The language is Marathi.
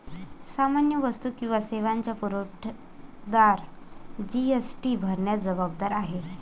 सामान्य वस्तू किंवा सेवांचा पुरवठादार जी.एस.टी भरण्यास जबाबदार आहे